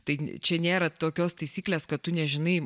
tai čia nėra tokios taisyklės kad tu nežinai